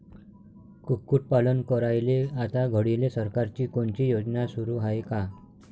कुक्कुटपालन करायले आता घडीले सरकारची कोनची योजना सुरू हाये का?